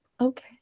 Okay